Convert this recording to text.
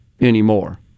anymore